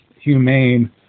humane